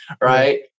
right